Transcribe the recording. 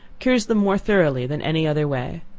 cures them more thoroughly than any other way.